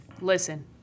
Listen